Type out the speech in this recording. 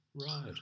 right